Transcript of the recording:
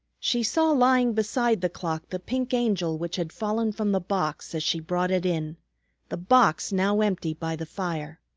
she saw lying beside the clock the pink angel which had fallen from the box as she brought it in the box now empty by the fire.